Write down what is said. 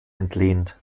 entlehnt